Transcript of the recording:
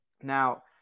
Now